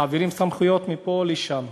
מעבירים סמכויות מפה לשם.